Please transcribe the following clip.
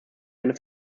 eine